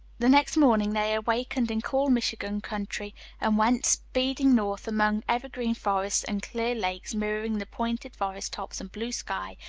the next morning they awakened in cool michigan country and went speeding north among evergreen forests and clear lakes mirroring the pointed forest tops and blue sky,